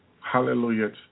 Hallelujah